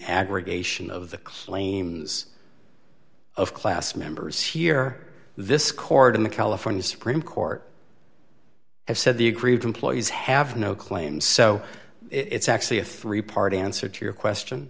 aggregation of the claims of class members here this court in the california supreme court have said the aggrieved employees have no claim so it's actually a three part answer to your question